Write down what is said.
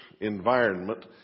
environment